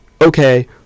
okay